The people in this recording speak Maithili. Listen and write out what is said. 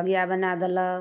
बगिआ बना देलक